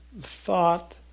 thought